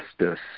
justice